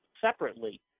separately